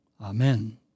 Amen